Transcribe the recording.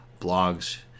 blogs